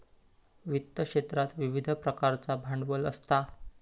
वित्त क्षेत्रात विविध प्रकारचा भांडवल असता